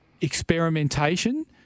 experimentation